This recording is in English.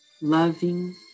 Loving